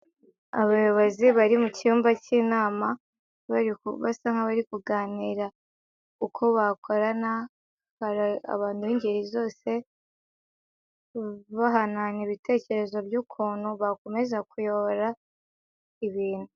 Abayobozi bari mu cyumba cy'inama basa nk'abari kuganira uko bakorana abantu b'ingeri zose bahanahana ibitekerezo by'ukuntu bakomeza kuyobora ibintu.